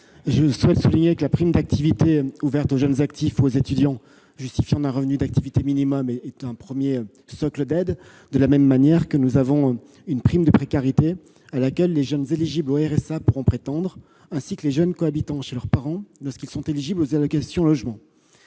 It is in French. je souhaite souligner que la prime d'activité ouverte aux jeunes actifs ou aux étudiants justifiant d'un revenu d'activité minimum constitue un premier socle d'aide. De la même manière, il existe une prime de précarité à laquelle les jeunes éligibles au RSA pourront prétendre, ainsi que les jeunes cohabitant avec leurs parents lorsqu'ils sont éligibles aux allocations logement.